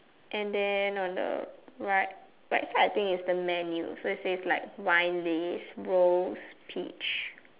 and then on the right right side I think is the menu so it says like wine list rose peach